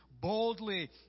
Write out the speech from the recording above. boldly